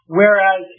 whereas